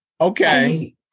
Okay